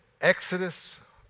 Exodus